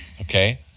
Okay